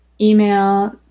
email